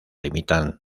limitan